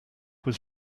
was